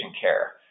care